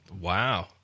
Wow